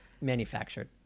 Manufactured